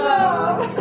Love